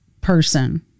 person